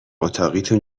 اتاقیتون